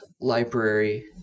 library